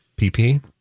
PP